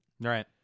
Right